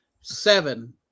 seven